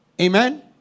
amen